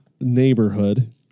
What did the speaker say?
neighborhood